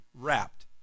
wrapped